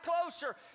closer